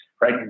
right